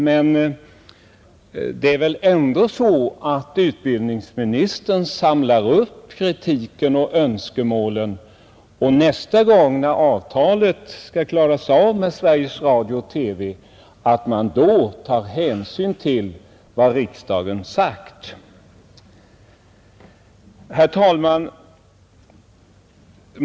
Men det är väl ändå så att utbildningsministern samlar upp kritiken och önskemålen och att man nästa gång, när avtalet skall klaras av med Sveriges Radio och TV, tar hänsyn till vad riksdagen sagt. Herr talman!